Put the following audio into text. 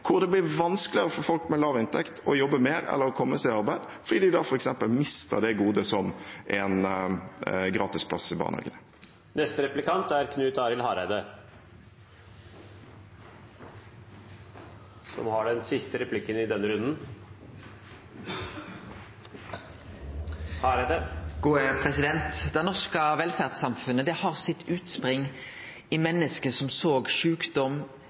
hvor det blir vanskeligere for folk med lav inntekt å jobbe mer eller å komme seg i arbeid, fordi de da f.eks. mister det godet som en gratis plass i barnehagen er. Det norske velferdssamfunnet har sitt utspring i menneske som såg sjukdom,